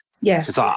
Yes